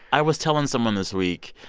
i was telling someone this week,